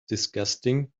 disgusting